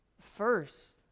First